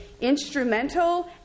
instrumental